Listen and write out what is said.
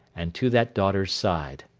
and to that daughter's side.